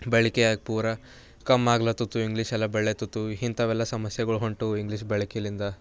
ಬಳಕೆಯಾಗಿ ಪೂರ ಕಮ್ಮಾಗ್ಲತ್ತತು ಇಂಗ್ಲೀಷ್ ಎಲ್ಲ ಬೆಳಿಯತ್ತತು ಇಂಥವೆಲ್ಲ ಸಮಸ್ಯೆಗಳು ಹೊಂಟವು ಇಂಗ್ಲೀಷ್ ಬಳಕೆಯಿಂದ